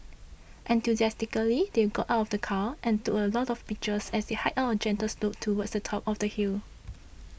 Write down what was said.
enthusiastically they got out of the car and took a lot of pictures as they hiked up a gentle slope towards the top of the hill